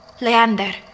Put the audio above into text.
Leander